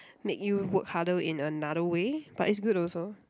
make you work harder in another way but it's good also